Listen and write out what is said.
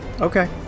Okay